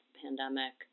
pandemic